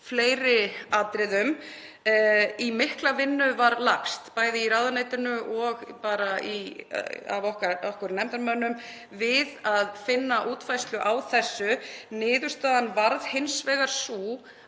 fleiri atriðum. Í mikla vinnu var lagst, bæði í ráðuneytinu og af okkur nefndarmönnum, við að finna útfærslu á þessu. Niðurstaðan varð hins vegar sú